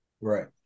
Right